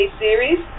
series